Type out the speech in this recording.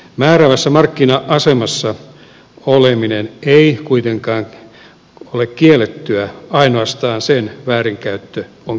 määräävässä markkina asemassa oleminen ei kuitenkaan ole kiellettyä ainoastaan sen väärinkäyttö on kiellettyä